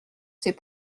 ces